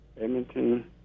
Edmonton